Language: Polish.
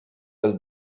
bez